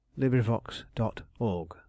LibriVox.org